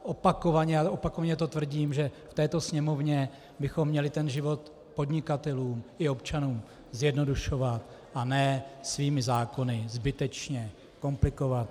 Opakovaně to tvrdím, že v této Sněmovně bychom měli ten život podnikatelům i občanům zjednodušovat, a ne svými zákony zbytečně komplikovat.